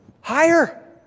higher